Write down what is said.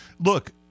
look